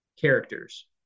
characters